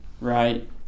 right